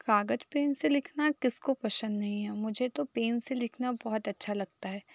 कागज़ पेन से लिखना किसको पसंद नहीं है मुझे तो पेन से लिखना बहुत अच्छा लगता है